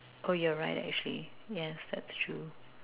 you are right actually yes that's true